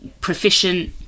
proficient